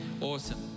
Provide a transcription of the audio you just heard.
Awesome